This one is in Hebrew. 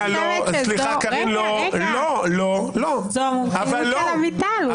זאת המומחיות של אביטל.